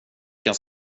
kan